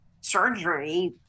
surgery